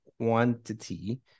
quantity